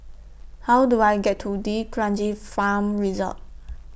How Do I get to D'Kranji Farm Resort